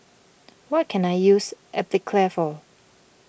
what can I use Atopiclair for